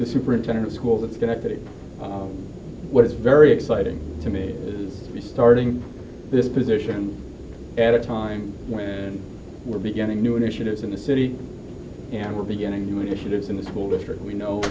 the superintendent of schools that is going to what is very exciting to me is starting this position at a time when we're beginning new initiatives in the city and we're beginning new initiatives in the school district we know